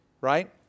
Right